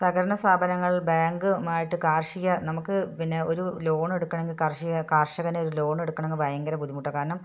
സഹകരണ സ്ഥാപനങ്ങൾ ബാങ്കുമായിട്ട് കാർഷിക നമുക്ക് പിന്നെ ഒരു ലോണെടുക്കണമെങ്കിൽ കാർഷിക കാർഷകനെ ഒരു ലോണെടുക്കണമെങ്കിൽ ഭയങ്കര ബുദ്ധിമുട്ടാണ് കാരണം